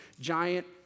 giant